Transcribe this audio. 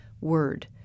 word